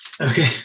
Okay